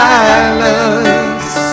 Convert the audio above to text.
silence